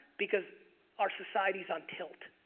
because our society's on tilt.